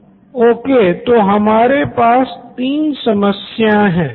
professor okay तो हमारे पास तीन समस्या हैं